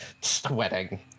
sweating